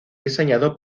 diseñado